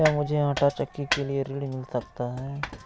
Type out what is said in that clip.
क्या मूझे आंटा चक्की के लिए ऋण मिल सकता है?